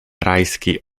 rajski